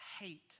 hate